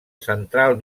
central